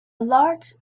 large